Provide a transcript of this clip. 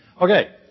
Okay